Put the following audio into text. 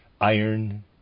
Iron